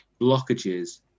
blockages